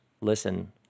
listen